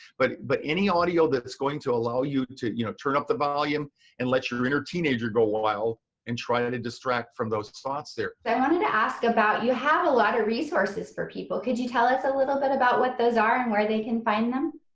but but any audio that's going to allow you to to you know turn up the volume and let your inner teenager go wild and try and to distract from those thoughts there. i wanted to ask about you have a lot of resources for people, could you tell us a little bit about what those are and where they can find them?